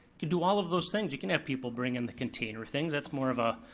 can do all of those things, you can have people bring in the container things, that's more of a